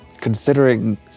Considering